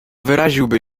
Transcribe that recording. wyraziłby